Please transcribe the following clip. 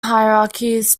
hierarchies